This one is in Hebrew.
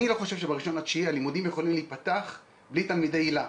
אני לא חושב שב-1.9 הלימודים יכולים להיפתח בלי תלמידי היל"ה,